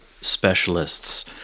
specialists